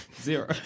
Zero